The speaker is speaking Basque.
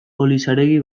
olaziregi